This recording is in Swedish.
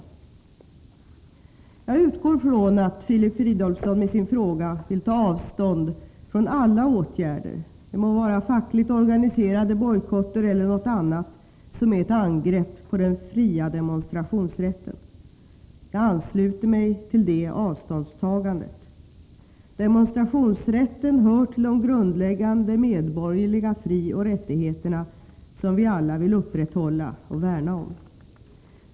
förhindra visst slag av bojkotter förhindra visst slag av bojkotter Jag utgår från att Filip Fridolfsson med sin fråga vill ta avstånd från alla åtgärder, det må vara fackligt organiserade bojkotter eller något annat, som är ett angrepp på den fria demonstrationsrätten. Jag ansluter mig till det avståndstagandet. Demonstrationsrätten hör till de grundläggande medborgerliga frioch rättigheterna, som vi alla vill upprätthålla och värna om.